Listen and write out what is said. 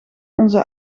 onze